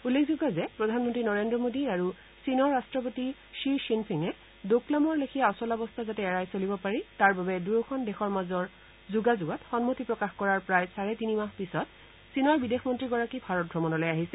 উল্লেখযোগ্য যে প্ৰধানমন্ত্ৰী নৰেন্দ্ৰ মোদী আৰু চীনৰ ৰাষ্ট্ৰপতি থি থিনফিঙে দোকলামৰ লেখীয়া অচলাৱস্থাৰ যাতে এৰাই চলিব পাৰি তাৰ বাবে দুয়োখন দেশৰ মাজৰ যোগাযোগত সন্মতি প্ৰকাশ কৰাৰ প্ৰায় চাৰে তিনিমাহ পিছত চীনৰ বিদেশ মন্ত্ৰীগৰাকী ভাৰত ভ্ৰমণলৈ আহিছে